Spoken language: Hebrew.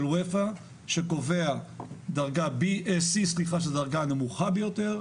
של אופ"א שקובע דרגה C, שהיא הדרגה הנמוכה ביותר.